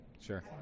sure